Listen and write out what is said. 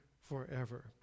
forever